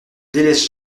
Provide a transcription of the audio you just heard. délaisse